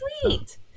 sweet